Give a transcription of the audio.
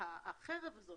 החרב הזו